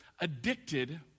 addicted